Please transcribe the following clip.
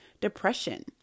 depression